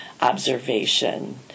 observation